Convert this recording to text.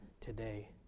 today